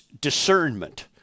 discernment